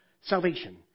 salvation